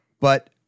But-